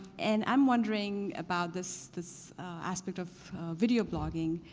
and i'm wondering about this this aspect of video blogging,